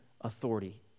authority